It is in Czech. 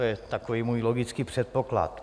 To je takový můj logický předpoklad.